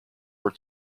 were